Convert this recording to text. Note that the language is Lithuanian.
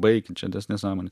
baikit čia tas nesąmonė